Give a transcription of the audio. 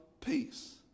peace